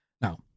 Now